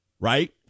Right